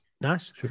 Nice